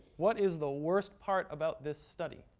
what is the worst part about this study?